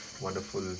Wonderful